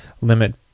limit